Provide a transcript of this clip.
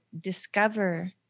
discover